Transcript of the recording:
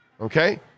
okay